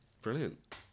Brilliant